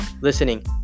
listening